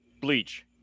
bleach